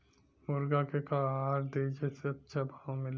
मुर्गा के का आहार दी जे से अच्छा भाव मिले?